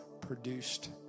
produced